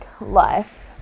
life